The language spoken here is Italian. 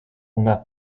una